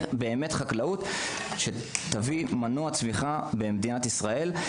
חקלאות שתהווה מנוע לצמיחה במדינת ישראל.